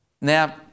Now